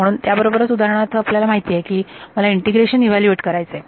म्हणून याबरोबरच उदाहरणार्थ आपणाला माहिती आहे मला इंटिग्रेशन इव्हॅल्यूएट करायचे आहे